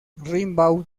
rimbaud